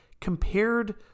compared